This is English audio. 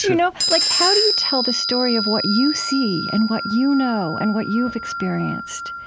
you know like how do you tell the story of what you see and what you know and what you've experienced,